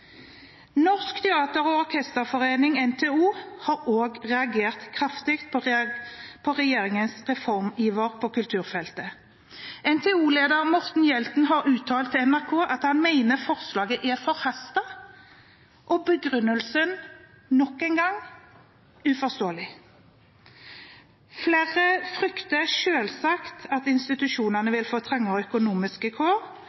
Norsk teater- og orkesterforening, NTO, har også reagert kraftig på regjeringens reformiver på kulturfeltet. NTO-leder Morten Gjelten har uttalt til NRK at han mener forslaget er forhastet og begrunnelsen – nok en gang – uforståelig. Flere frykter selvsagt at institusjonene